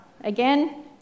Again